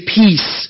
peace